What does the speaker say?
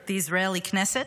at the Israeli Knesset,